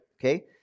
okay